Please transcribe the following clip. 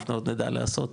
אנחנו עוד נדע לעשות.